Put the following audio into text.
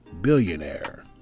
billionaire